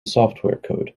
softwarecode